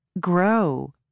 grow